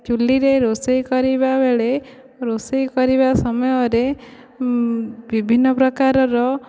ଚୁଲିରେ ରୋଷେଇ କରିବା ବେଳେ ରୋଷେଇ କରିବା ସମୟରେ ବିଭିନ୍ନପ୍ରକାରର